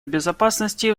безопасности